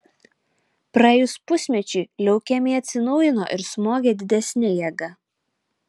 praėjus pusmečiui leukemija atsinaujino ir smogė didesne jėga